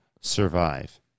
survive